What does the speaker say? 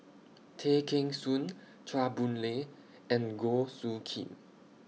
Tay Kheng Soon Chua Boon Lay and Goh Soo Khim